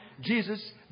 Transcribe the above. Jesus